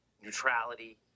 neutrality